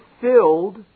filled